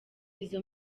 izo